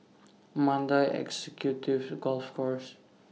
Mandai Executive Golf Course